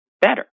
better